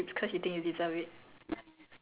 oh I knew that answer was coming eh